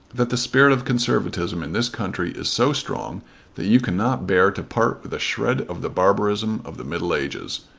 that the spirit of conservatism in this country is so strong that you cannot bear to part with a shred of the barbarism of the middle ages.